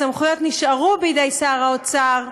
הסמכויות נשארו בידי שר האוצר,